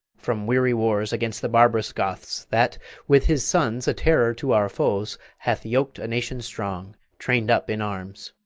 from weary wars against the barbarous goths, that with his sons, a terror to our foes, hath yok'd a nation strong, train'd up in arms.